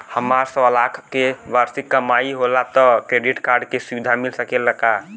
हमार सवालाख के वार्षिक कमाई होला त क्रेडिट कार्ड के सुविधा मिल सकेला का?